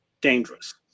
dangerous